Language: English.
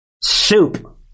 soup